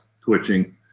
twitching